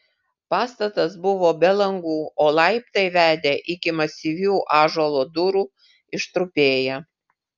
pastatas buvo be langų o laiptai vedę iki masyvių ąžuolo durų ištrupėję